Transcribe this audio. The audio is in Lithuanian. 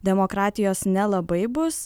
demokratijos nelabai bus